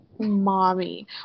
mommy